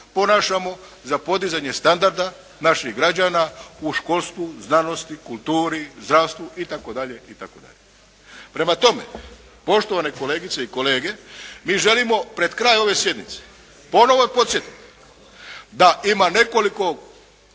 ponašamo za podizanje standarda naših građana u školstvu, znanosti, kulturi, zdravstvu itd., itd. Prema tome, poštovane kolegice i kolege mi želimo pred kraj ove sjednice ponovno podsjetiti da ima nekoliko